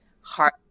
heart